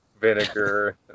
vinegar